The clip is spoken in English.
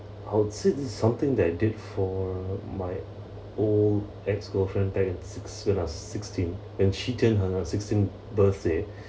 I would say it's something that I did for my old ex-girlfriend then when I was sixteen and she turned her sixteenth birthday